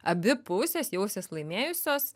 abi pusės jausis laimėjusios